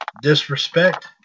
disrespect